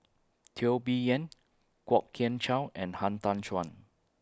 Teo Bee Yen Kwok Kian Chow and Han Tan Juan